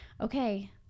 okay